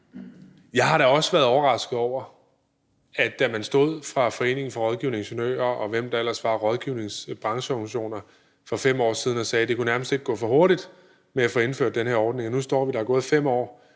Jeg er da også overrasket over, at der, når Foreningen af Rådgivende Ingeniører, og hvem der ellers var rådgivende brancheorganisationer, for 5 år siden stod og sagde, at det nærmest ikke kun gå for hurtigt med at få indført den her ordning, så efter 5 år stadig for få.